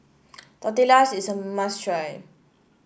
tortillas is a must try